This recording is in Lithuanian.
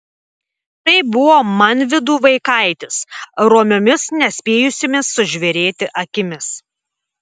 tai buvo manvydų vaikaitis romiomis nespėjusiomis sužvėrėti akimis